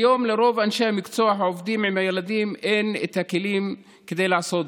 כיום לרוב אנשי המקצוע העובדים עם הילדים אין הכלים לעשות זאת.